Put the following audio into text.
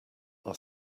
are